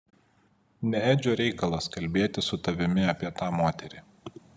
ne edžio reikalas kalbėti su tavimi apie tą moterį